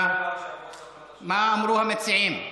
מה אמרו המציעים?